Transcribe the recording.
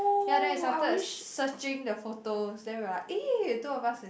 ya then I started searching the photos then we were like eh two of us